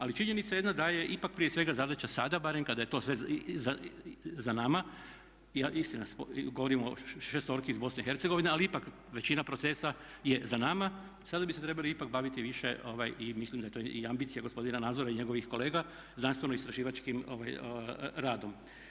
Ali činjenica je jedna da je ipak prije svega zadaća sada barem kada je to već za nama, istina govorim o šestorki iz BiH, ali ipak većina procesa je za nama i sada bi se trebali ipak baviti više i mislim da je to i ambicija gospodina Nazora i njegovih kolega znanstveno istraživačkim radom.